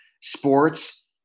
sports